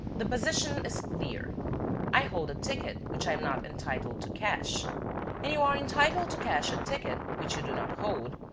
the position is clear i hold a ticket which i am not entitled to cash and you are entitled to cash a ticket which you do not hold.